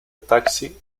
taxi